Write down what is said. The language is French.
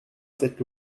cette